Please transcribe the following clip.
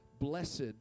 Blessed